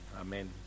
Amen